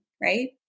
right